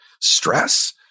stress